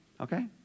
Okay